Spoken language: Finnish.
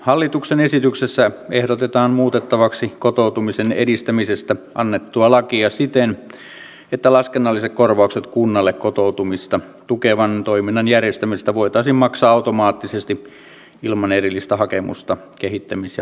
hallituksen esityksessä ehdotetaan muutettavaksi kotoutumisen edistämisestä annettua lakia siten että laskennalliset korvaukset kunnalle kotoutumista tukevan toiminnan järjestämisestä voitaisiin maksaa automaattisesti ilman erillistä hakemusta kehittämis ja hallintokeskukselle